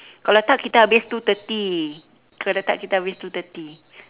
kalau tidak kita habis two thirty kalau tidak kita habis two thirty